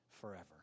forever